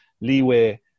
leeway